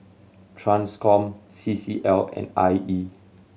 Transcom C C L and I E